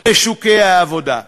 לשוק העבודה?